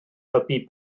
helpu